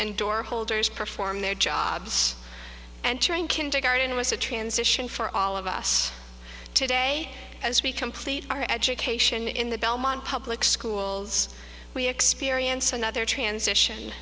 and door holders perform their jobs and turned kindergarten was a transition for all of us today as we complete our education in the belmont public schools we experience another transition